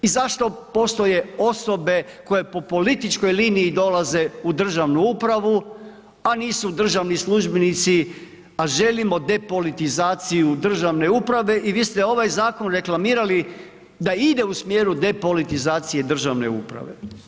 I zašto postoje osobe koje po političkoj liniji dolaze u državnu upravu a nisu državni službenici a želimo depolitizaciju državne uprave i vi ste ovaj zakon reklamirali da ide u smjeru depolitizacije državne uprave.